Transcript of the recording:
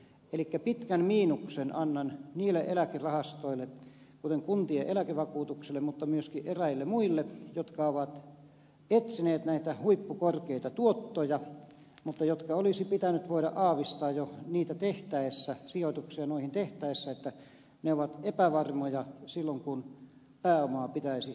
elikkä pitkän miinuksen annan niille eläkerahastoille kuten kuntien eläkevakuutukselle mutta myöskin eräille muille jotka ovat etsineet näitä huippukorkeita tuottoja mutta joiden olisi pitänyt voida aavistaa jo sijoituksia noihin tehtäessä että ne ovat epävarmoja silloin kun pääomaa pitäisi takaisin saada